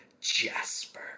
Jasper